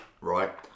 right